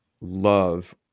love